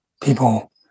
people